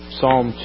Psalm